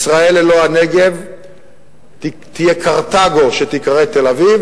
ישראל ללא הנגב תהיה קרתגו שתיקרא תל-אביב.